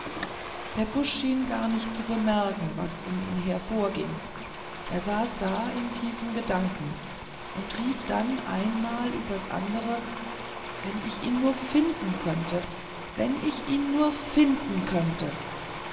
pepusch schien gar nicht zu bemerken was um ihn her vorging er saß da in tiefen gedanken und rief dann einmal übers andere wenn ich ihn nur finden könnte wenn ich ihn nur finden könnte